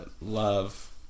love